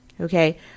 okay